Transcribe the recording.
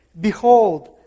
behold